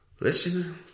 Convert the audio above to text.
listen